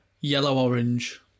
yellow-orange